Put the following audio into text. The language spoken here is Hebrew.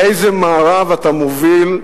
לאיזה מארב אתה מוביל,